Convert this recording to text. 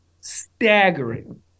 staggering